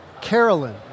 Carolyn